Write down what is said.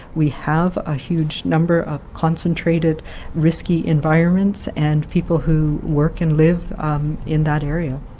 we have a huge number of concentrated risky environments and people who work and live in that area.